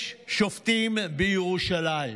יש שופטים בירושלים.